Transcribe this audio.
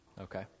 Okay